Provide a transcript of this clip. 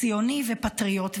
ציוני ופטריוט.